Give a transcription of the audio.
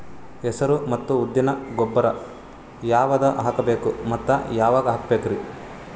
ಹೆಸರು ಮತ್ತು ಉದ್ದಿಗ ಗೊಬ್ಬರ ಯಾವದ ಹಾಕಬೇಕ ಮತ್ತ ಯಾವಾಗ ಹಾಕಬೇಕರಿ?